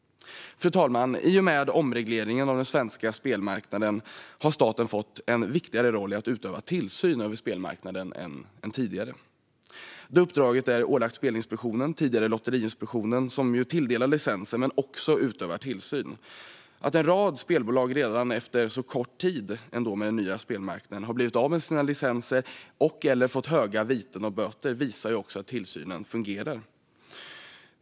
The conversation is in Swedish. Fru talman! I och med omregleringen av den svenska spelmarknaden har staten fått en viktigare roll i att utöva tillsyn över spelmarknaden än tidigare. Det uppdraget är ålagt Spelinspektionen, tidigare Lotteriinspektionen, som tilldelar licenser men också utövar tillsyn. Att en rad spelbolag redan efter så kort tid med den nya spelmarknaden har blivit av med sina licenser och/eller fått höga viten och böter visar att tillsynen fungerar.